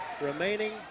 remaining